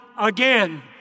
again